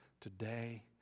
today